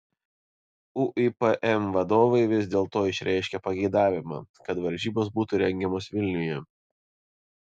uipm vadovai vis dėlto išreiškė pageidavimą kad varžybos būtų rengiamos vilniuje